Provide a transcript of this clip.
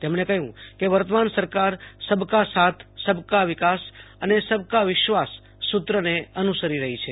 તેમણે કહ્યું કે વર્તમાન સરકાર સબકા સાથ સબકા વિકાસ અને સબકા વિશ્વાસ સુત્રને અનુસરી રહી છે